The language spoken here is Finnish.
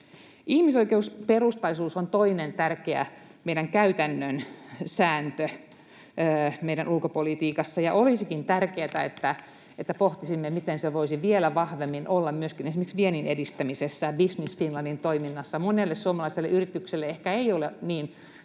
Ihmisoikeusperustaisuus on toinen tärkeä meidän käytännön sääntömme meidän ulkopolitiikassa. Olisikin tärkeätä, että pohtisimme, miten se voisi vielä vahvemmin olla myöskin esimerkiksi viennin edistämisessä, Business Finlandin toiminnassa. Monella suomalaisella yrityksellä ei ehkä ole niin syvää